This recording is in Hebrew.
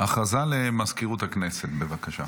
הודעה למזכירות הכנסת, בבקשה.